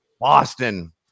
Boston